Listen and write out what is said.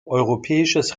europäisches